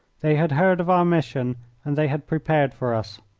they had heard of our mission and they had prepared for us.